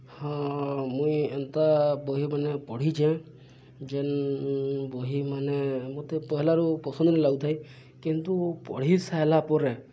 ହଁ ମୁଇଁ ଏନ୍ତା ବହିମାନେ ପଢ଼ିଚେଁ ଯେନ୍ ବହିମାନେ ମତେ ପହେଲାରୁ ପସନ୍ଦ ନିଲାଗୁଥାଏ କିନ୍ତୁ ପଢ଼ି ସାର୍ଲାପରେ